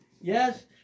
Yes